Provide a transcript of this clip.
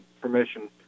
permission